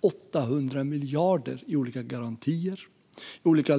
800 miljarder i olika garantier, olika